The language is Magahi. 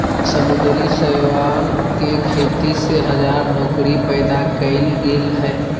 समुद्री शैवाल के खेती से हजार नौकरी पैदा कइल गेल हइ